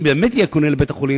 אם באמת יהיה קונה לבית-החולים,